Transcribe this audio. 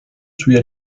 sui